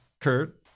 Kurt